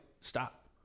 stop